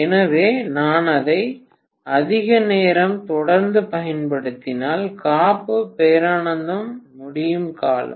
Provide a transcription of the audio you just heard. எனவே நான் அதை அதிக நேரம் தொடர்ந்து பயன்படுத்தினால் காப்பு பேரானந்தம் முடியும் காலம்